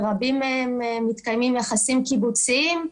וברבים מהם מתקיימים יחסים קיבוציים.